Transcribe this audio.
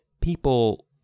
people